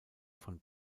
von